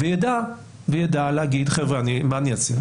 וידע להגיד: חבר'ה, אני מה אעשה?